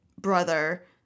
brother